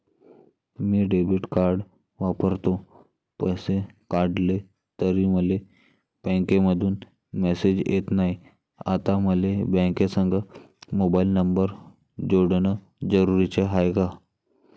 मी debit card वापरतो, पैसे काढले तरी मले बँकेमंधून मेसेज येत नाय, आता मले बँकेसंग मोबाईल नंबर जोडन जरुरीच हाय का?